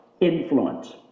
influence